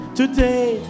today